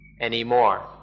anymore